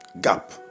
Gap